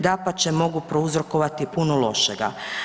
Dapače, mogu prouzrokovati puno lošega.